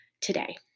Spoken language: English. today